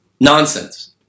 Nonsense